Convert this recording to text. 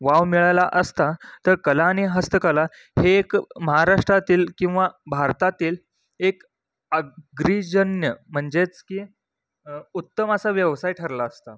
wow मिळाला असता तर कला आणि हस्तकला हे एक महाराष्ट्रातील किंवा भारतातील एक अग्रीजन्य म्हणजेच की उत्तम असा व्यवसाय ठरला असता